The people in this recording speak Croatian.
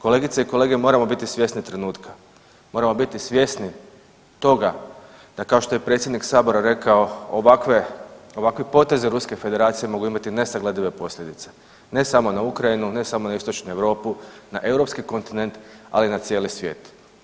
Kolegice i kolege moramo biti svjesni trenutka, moramo biti svjesni toga da kao što je predsjednik Sabora rekao, ovakve poteze Ruske Federacije mogu imati nesagledive posljedice, ne samo na Ukrajinu, ne samo na Istočnu Europu, na Europski kontinent, ali i na cijeli svijet.